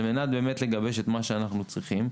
על מנת באמת לגבש את מה שאנחנו צריכים.